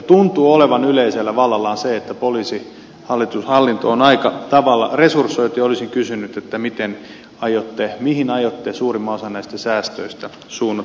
tuntuu olevan yleisesti vallalla se että poliisihallinto on aika tavalla resursoitu ja olisin kysynyt mihin aiotte suurimman osan näistä säästöistä suunnata